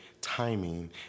timing